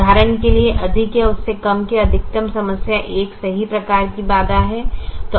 उदाहरण के लिए अधिक या उससे कम की अधिकतम समस्या एक सही प्रकार की बाधा है